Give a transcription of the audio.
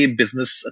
business